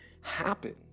happen